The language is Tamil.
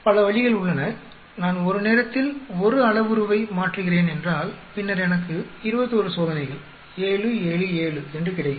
பல வழிகள் உள்ளன நான் ஒரு நேரத்தில் ஒரு அளவுருவை மாற்றுகிறேன் என்றால் பின்னர் எனக்கு 21 சோதனைகள் 7 7 7 என்று கிடைக்கும்